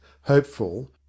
hopeful